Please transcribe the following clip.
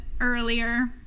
earlier